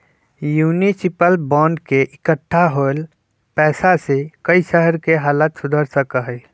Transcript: municipal bond से इक्कठा होल पैसा से कई शहर के हालत सुधर सका हई